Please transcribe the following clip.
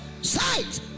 sight